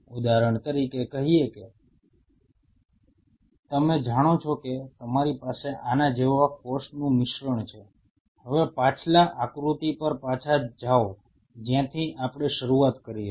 ઉદાહરણ તરીકે કહીએ કે તમે જાણો છો કે તમારી પાસે આના જેવું કોષોનું મિશ્રણ છે હવે પાછલા આકૃતિ પર પાછા જાઓ જ્યાંથી આપણે શરૂઆત કરી હતી